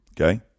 Okay